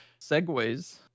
Segways